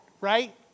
right